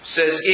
says